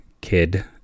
kid